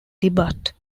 debut